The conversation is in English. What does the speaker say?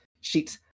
sheets